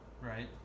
right